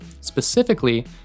specifically